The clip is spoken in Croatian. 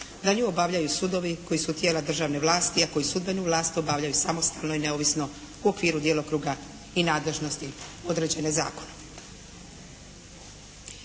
Da nju obavljaju sudovi koji su tijela državne vlasti, a koji sudbenu vlast obavljaju samostalno i neovisno u okviru djelokruga i nadležnosti određene zakonom.